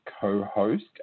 co-host